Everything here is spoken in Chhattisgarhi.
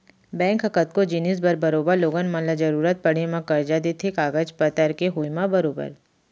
बैंक ह कतको जिनिस बर बरोबर लोगन मन ल जरुरत पड़े म करजा देथे कागज पतर के होय म बरोबर